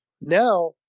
now